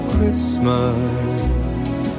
Christmas